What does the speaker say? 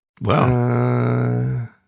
Wow